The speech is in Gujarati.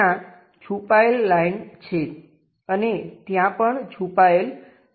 ત્યાં છુપાયેલ લાઈન છે અને ત્યાં પણ છુપાયેલ લાઈન છે